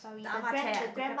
the ah ma chair ah the gr~